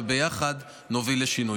וביחד נוביל לשינוי.